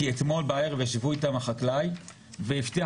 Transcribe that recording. כי אתמול בערב ישב איתם החקלאי והוא הבטיח